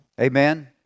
Amen